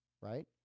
right